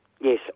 Yes